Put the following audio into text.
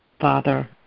Father